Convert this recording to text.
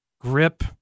grip